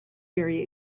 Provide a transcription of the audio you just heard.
very